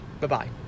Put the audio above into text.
Bye-bye